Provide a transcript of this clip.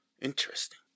Interesting